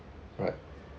right